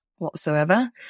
whatsoever